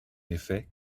effet